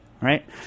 right